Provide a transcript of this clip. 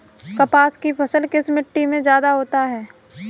कपास की फसल किस मिट्टी में ज्यादा होता है?